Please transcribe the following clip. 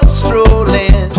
strolling